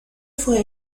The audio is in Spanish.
fue